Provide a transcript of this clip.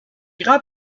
grands